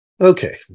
Okay